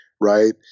right